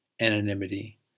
Anonymity